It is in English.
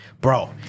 bro